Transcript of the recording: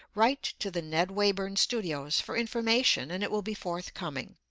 write to the ned wayburn studios for information and it will be forthcoming.